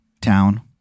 town